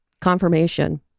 confirmation